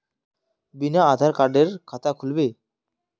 बिना आधार कार्डेर खाता खुल बे?